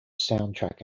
soundtrack